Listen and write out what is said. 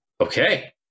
Okay